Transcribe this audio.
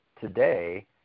today